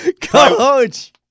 coach